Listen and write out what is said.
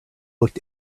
looked